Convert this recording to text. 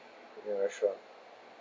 I'm not very sure